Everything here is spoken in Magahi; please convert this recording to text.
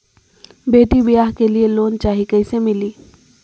बेटी ब्याह के लिए लोन चाही, कैसे मिली?